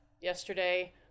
yesterday